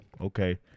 Okay